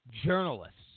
journalists